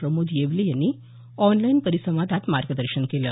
प्रमोद येवले यांनी ऑनलाईन परिसंवादात मार्गदर्शन केलं